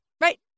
Right